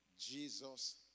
Jesus